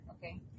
Okay